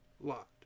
Lot